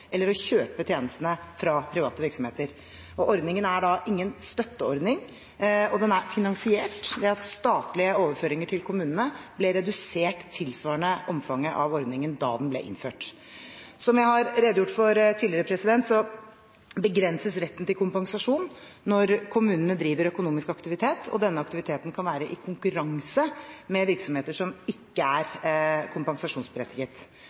å kjøpe tjenestene fra private virksomheter. Ordningen er ingen støtteordning, og den er finansiert ved at statlige overføringer til kommunene ble redusert tilsvarende omfanget av ordningen da den ble innført. Som jeg har redegjort for tidligere, begrenses retten til kompensasjon når kommunene driver økonomisk aktivitet og denne aktiviteten kan være i konkurranse med virksomheter som ikke er kompensasjonsberettiget.